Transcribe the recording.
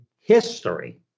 history